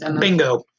bingo